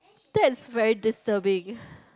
that's very disturbing